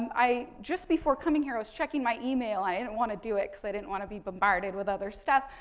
i, just before coming here, i was checking my email. i didn't want to do it because i didn't want to be bombarded with other stuff.